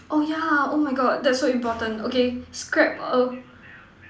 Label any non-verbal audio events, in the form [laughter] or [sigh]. oh yeah oh my God that's so important okay scrap [noise]